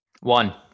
One